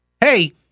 hey